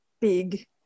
big